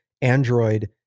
Android